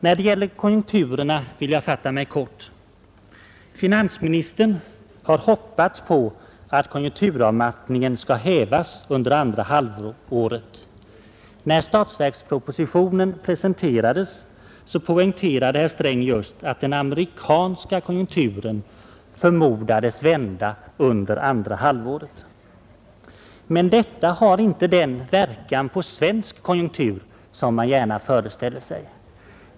När det gäller konjunkturerna vill jag fatta mig kort. Finansministern har hoppats på att konjunkturavmattningen skall hävas under andra halvåret. När statsverkspropositionen presenterades, poängterade herr Sträng att den amerikanska konjunkturen förmodades vända under andra halvåret. Men detta har inte den verkan på svensk konjunktur som man gärna föreställer sig.